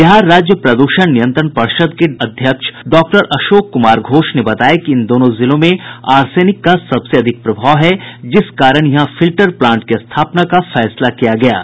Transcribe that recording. बिहार राज्य प्रदूषण नियंत्रण पर्षद के अध्यक्ष डॉक्टर अशोक कुमार घोष ने बताया कि इन दोनों जिलों में आर्सेनिक का सबसे अधिक प्रभाव है जिस कारण यहां फिल्टर प्लांट की स्थापना का फैसला किया गया है